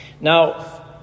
Now